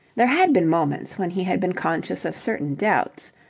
there had been moments when he had been conscious of certain doubts,